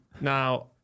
Now